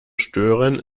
stören